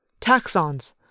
Taxons